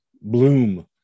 bloom